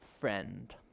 friend